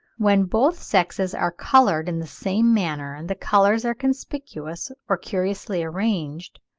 when both sexes are coloured in the same manner, and the colours are conspicuous or curiously arranged,